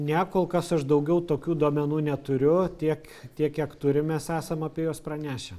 ne kol kas aš daugiau tokių duomenų neturiu tiek tiek kiek turim mes esam apie juos pranešę